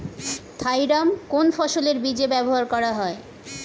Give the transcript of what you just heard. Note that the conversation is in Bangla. থাইরাম কোন ফসলের বীজে ব্যবহার করা হয়?